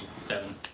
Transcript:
seven